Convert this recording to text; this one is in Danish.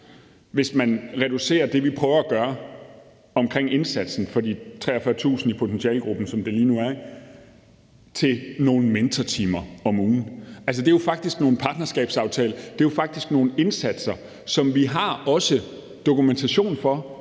hvis man reducerer det, vi prøver at gøre med indsatsen for de 43.000, som der lige nu er i potentialegruppen, til nogle mentortimer om ugen. Altså, det er faktisk nogle partnerskabsaftaler, det er faktisk nogle indsatser, som vi også har dokumentation for